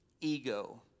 ego